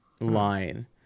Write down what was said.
line